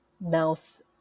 mouse